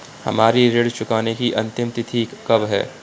हमारी ऋण चुकाने की अंतिम तिथि कब है?